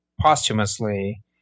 posthumously